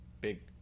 big